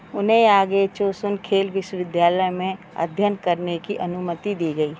उन्हें आगे चोसुन खेल विश्वविद्यालय में अध्ययन करने की अनुमति दी गई